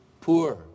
poor